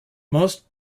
most